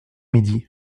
midi